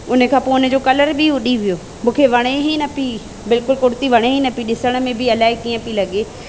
उन खां पोइ उन जो कलर बि उॾी वियो मूंखे वणे ई न पई बिल्कुलु कुर्ती वणे ई न पई ॾिसण में बि इलाही कीअं पई लॻे